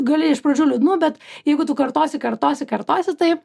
gali iš pradžių liūdnu bet jeigu tu kartosi kartosi kartosi taip